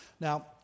Now